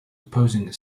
opposing